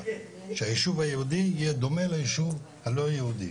שהיישוב היהודי יהיה דומה ליישוב הלא יהודי,